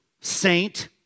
saint